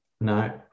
No